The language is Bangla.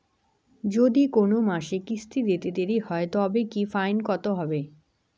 যদি কোন মাসে কিস্তি দিতে দেরি হয় তবে কি ফাইন কতহবে?